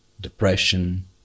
depression